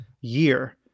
year